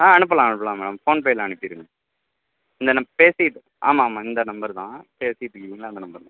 ஆ அனுப்பலாம் அனுப்பலாம் madam PhonePe அனுப்பிவிடுங்க இந்த நம்பர் பேசிகிட்டு ஆமாம் ஆமாம் இந்த நம்பர்தான் பேசிகிட்டு இருக்கீங்களே அந்த நம்பர்தான்